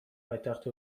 پایتخت